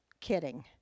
Kidding